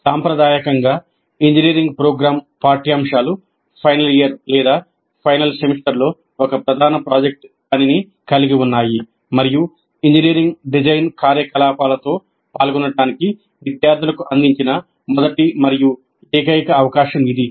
సాంప్రదాయకంగా engineering programme పాఠ్యాంశాలు final year లేదా ఫైనల్ సెమిస్టర్లో ఒక ప్రధాన ప్రాజెక్ట్ పనిని కలిగి ఉన్నాయి మరియు ఇంజనీరింగ్ డిజైన్ కార్యకలాపాలతో పాల్గొనడానికి విద్యార్థులకు అందించిన మొదటి మరియు ఏకైక అవకాశం ఇది